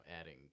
adding